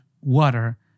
water